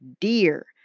dear